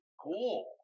cool